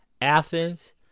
athens